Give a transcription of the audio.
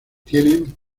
tienen